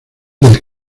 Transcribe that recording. del